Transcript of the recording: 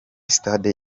stade